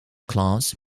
class